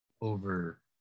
over